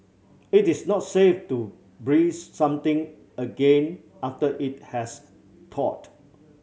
it is not safe to freeze something again after it has thawed